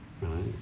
right